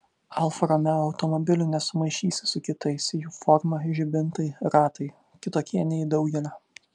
alfa romeo automobilių nesumaišysi su kitais jų forma žibintai ratai kitokie nei daugelio